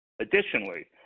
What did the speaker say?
Additionally